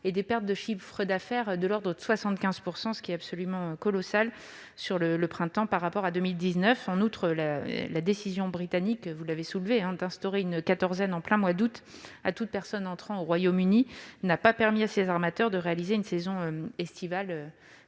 et des pertes de chiffre d'affaires de l'ordre de 75 %- ce qui est absolument colossal -par rapport à 2019. En outre, comme vous l'avez souligné, la décision britannique d'instaurer une quatorzaine en plein mois d'août à toute personne entrant au Royaume-Uni n'a pas permis à ces armateurs de réaliser une saison estivale